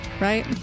right